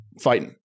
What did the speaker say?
fighting